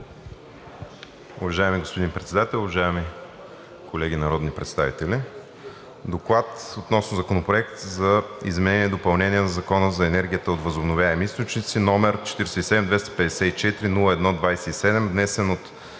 Уважаеми господин Председател, уважаеми колеги народни представители! „Доклад относно Законопроект за изменение и допълнение на Закона за енергията от възобновяеми източници, № 47-254-01-27, внесен от